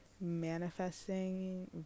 manifesting